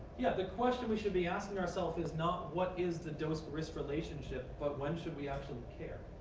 yeah, the question we should be asking ourself is not what is the dose-risk relationship, but when should we actually care.